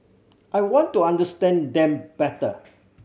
I want to understand them better